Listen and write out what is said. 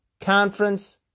conference